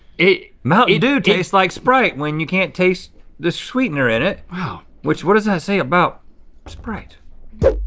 it mountain dew tastes like sprite when you can't taste the sweetener in it. wow. which, what does that say about sprite?